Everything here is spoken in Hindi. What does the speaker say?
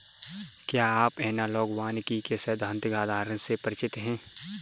क्या आप एनालॉग वानिकी के सैद्धांतिक आधारों से परिचित हैं?